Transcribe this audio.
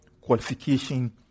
qualification